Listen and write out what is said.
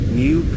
new